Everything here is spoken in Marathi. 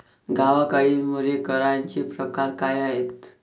गावाकडली मुले करांचे प्रकार काय आहेत?